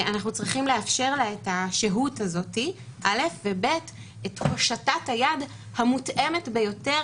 אנחנו צריכים לאפשר לה את השהות הזאת ואת הושטת היד המותאמת ביותר,